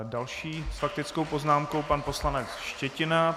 Další s faktickou poznámkou pan poslanec Štětina.